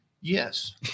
Yes